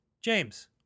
James